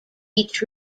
each